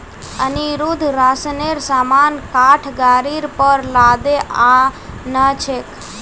अनिरुद्ध राशनेर सामान काठ गाड़ीर पर लादे आ न छेक